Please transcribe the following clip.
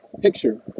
picture